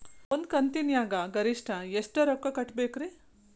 ಒಂದ್ ಕಂತಿನ್ಯಾಗ ಗರಿಷ್ಠ ಎಷ್ಟ ರೊಕ್ಕ ಕಟ್ಟಬೇಕ್ರಿ?